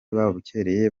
babukereye